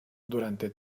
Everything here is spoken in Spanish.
durante